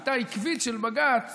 השיטה העקבית של בג"ץ